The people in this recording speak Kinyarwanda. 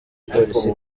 polisi